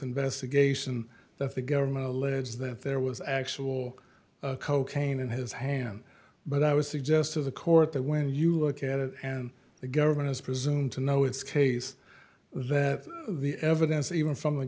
investigation that the government alleges that there was actual cocaine in his hand but i would suggest to the court that when you look at it and the government is presumed to know its case that the evidence even from the